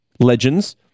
Legends